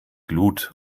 glut